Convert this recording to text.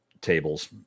tables